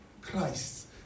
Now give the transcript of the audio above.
Christ